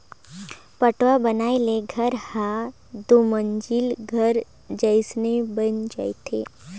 पटाव बनाए ले घर हर दुमंजिला घर जयसन बन जाथे